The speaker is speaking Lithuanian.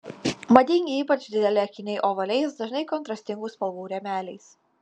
madingi ypač dideli akiniai ovaliais dažnai kontrastingų spalvų rėmeliais